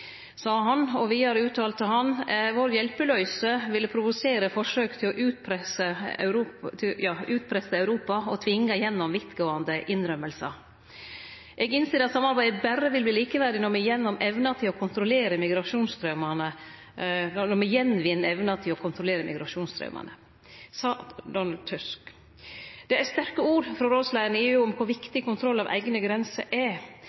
sa han. Vidare uttalte han at hjelpeløysa vår ville provosere fram forsøk på å utpresse Europa og tvinge igjennom vidtgåande innrømmingar. Eg innser at samarbeidet berre vil verte likeverdig når me får att evna til å kontrollere migrasjonsstraumane, sa Donald Tusk. Det er sterke ord frå rådsleiaren i EU om kor viktig kontroll av eigne grenser er.